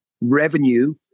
revenue